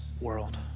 world